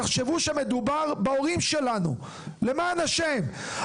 תחשבו שמדובר בהורים שלנו, למען השם.